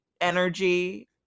energy